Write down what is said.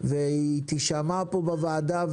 והיא תישמע פה בוועדה.